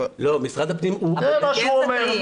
זה מה שהוא אומר.